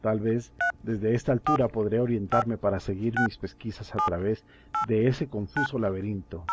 tal vez desde esta altura podré orientarme para seguir mis pesquisas a través de ese confuso laberinto